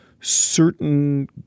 certain